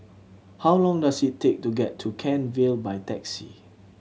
how long does it take to get to Kent Vale by taxi